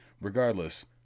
Regardless